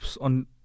on